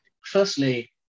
Firstly